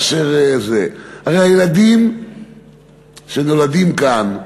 הרי הילדים שנולדים כאן,